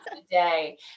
today